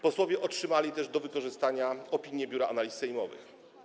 Posłowie otrzymali też do wykorzystania opinie Biura Analiz Sejmowych.